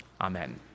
Amen